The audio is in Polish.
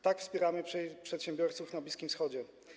Tak wspieramy przedsiębiorców na Bliskim Wschodzie.